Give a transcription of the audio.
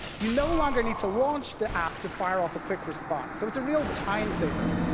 you no longer need to launch the app to fire off a quick response, so it's a real time saver.